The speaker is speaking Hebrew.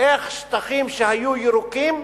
איך שטחים שהיו ירוקים